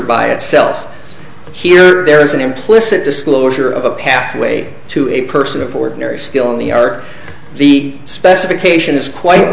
by itself here there is an implicit disclosure of a pathway to a person of ordinary skill in the ark the specification is quite